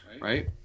right